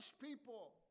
people